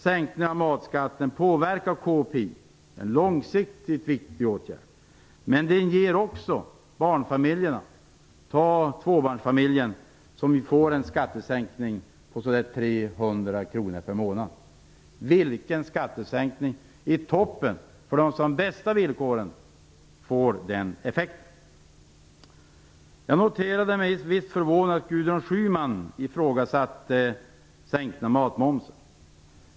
Sänkningen av matmomsen påverkar KPI och är en långsiktigt viktig åtgärd, men den ger också något åt barnfamiljerna, t.ex. till tvåbarnsfamiljen, som får en skattesänkning på ca 300 kr per månad. Vilken skattesänkning i toppen, för dem som har de bästa villkoren, får den effekten? Jag noterade med viss förvåning att Gudrun Schyman ifrågasatte sänkningen av matmomsen.